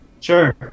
Sure